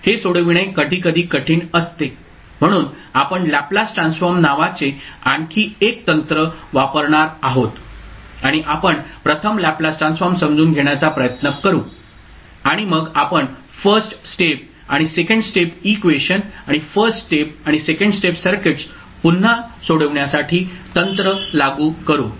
हे सोडविणे कधीकधी कठीण असते म्हणून आपण लॅपलेस ट्रान्सफॉर्म नावाचे आणखी एक तंत्र वापरणार आहोत आणि आपण प्रथम लॅपलेस ट्रान्सफॉर्म समजून घेण्याचा प्रयत्न करू आणि मग आपण फर्स्ट स्टेप आणि सेकंड स्टेप इक्वेशन आणि फर्स्ट स्टेप आणि सेकंड स्टेप सर्किट्स पुन्हा सोडविण्यासाठी तंत्र लागू करू